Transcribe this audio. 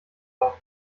auf